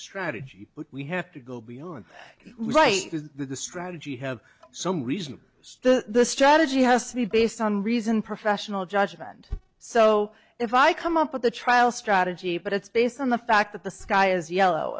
strategy but we have to go beyond right the strategy have some reason the strategy has to be based on reason professional judgment and so if i come up with a trial strategy but it's based on the fact that the sky is yellow